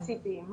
ותקציבים.